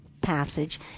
passage